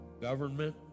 government